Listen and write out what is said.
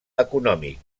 econòmic